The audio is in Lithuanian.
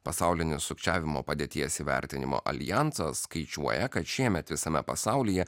pasaulinis sukčiavimo padėties įvertinimo aljansas skaičiuoja kad šiemet visame pasaulyje